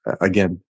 Again